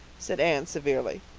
said anne severely.